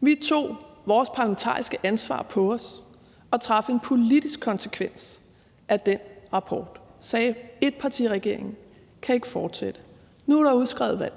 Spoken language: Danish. Vi tog vores parlamentariske ansvar på os og drog en politisk konsekvens af den rapport og sagde: Etpartiregeringen kan ikke fortsætte. Nu er der udskrevet valg.